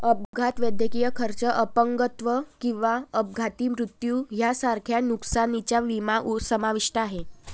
अपघात, वैद्यकीय खर्च, अपंगत्व किंवा अपघाती मृत्यू यांसारख्या नुकसानीचा विमा समाविष्ट आहे